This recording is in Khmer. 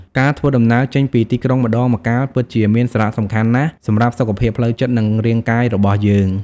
ការធ្វើដំណើរចេញពីទីក្រុងម្តងម្កាលពិតជាមានសារៈសំខាន់ណាស់សម្រាប់សុខភាពផ្លូវចិត្តនិងរាងកាយរបស់យើង។